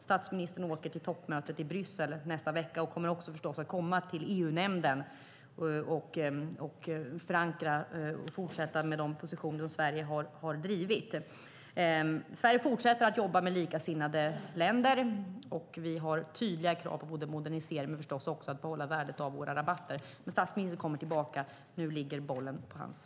Statsministern åker till toppmötet i Bryssel i nästa vecka och kommer också förstås att komma till EU-nämnden för att förankra Sveriges positioner. Sverige fortsätter att jobba med likasinnade länder, och vi har tydliga krav på modernisering men också på att behålla värdet av våra rabatter. Statsministern återkommer när det gäller detta. Nu ligger bollen hos honom.